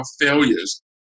failures